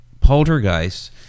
poltergeist